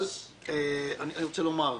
אבל אני רוצה לומר: